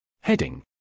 Heading